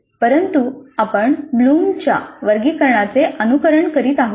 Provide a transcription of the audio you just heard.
परंतु आपण ब्लूमच्या वर्गीकरणाचे अनुसरण करीत आहोत